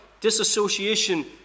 disassociation